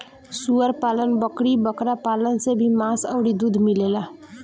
सूअर पालन, बकरी बकरा पालन से भी मांस अउरी दूध मिलेला